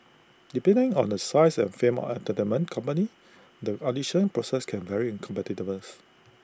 depending on the size and fame of entertainment company the audition process can vary in competitiveness